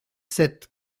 sept